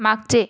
मागचे